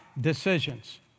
decisions